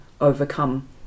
overcome